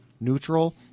neutral